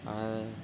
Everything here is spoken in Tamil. ஆக